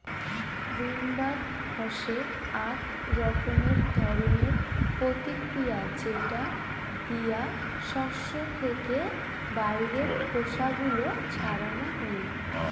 উইন্নবার হসে আক রকমের ধরণের প্রতিক্রিয়া যেটা দিয়া শস্য থেকে বাইরের খোসা গুলো ছাড়ানো হই